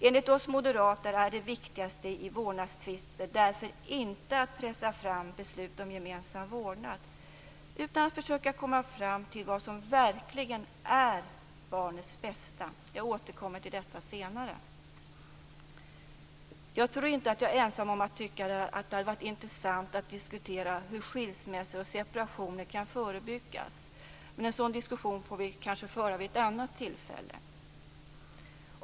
Enligt oss moderater är det viktigaste i vårdnadstvister därför inte att pressa fram beslut om gemensam vårdnad utan att försöka komma fram till vad som verkligen är barnets bästa. Jag återkommer till detta senare. Jag tror inte att jag är ensam om att tycka att det hade varit intressant att diskutera hur skilsmässor och separationer kan förebyggas, men en sådan diskussion får vi kanske föra vid ett annat tillfälle.